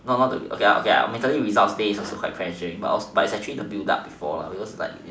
not not okay okay mentally results day also quite pressurizing it's actually the built up before lah because like